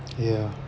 yeah